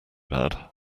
bad